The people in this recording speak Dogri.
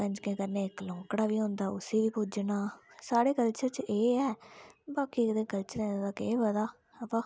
कंजके कन्नै इक लौंकड़ा बी होंदा उसी बी पूजना साढ़े कल्चर च एह् ऐ बाकी दे कल्चरें दा केह् पता अवा